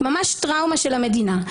ממש טראומה של המדינה.